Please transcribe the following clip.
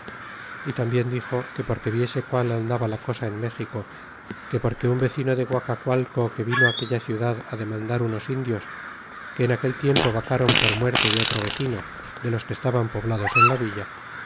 y tambien dixo que porque viese qual andaba la cosa en méxico que porque un vede de guacacualco que vino aquella ciudad demandar unos indios que en aquel tiempo vacron por muerte de otro vecino de los que estaban poblados en la villa